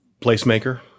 placemaker